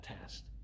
test